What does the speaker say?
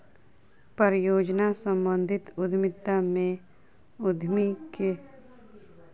परियोजना सम्बंधित उद्यमिता में उद्यमी के बहुत संकट भेलैन